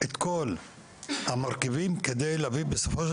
את כל המרכיבים כדי להביא בסופו של